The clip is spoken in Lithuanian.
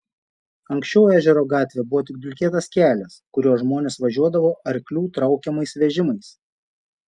anksčiau ežero gatvė buvo tik dulkėtas kelias kuriuo žmonės važiuodavo arklių traukiamais vežimais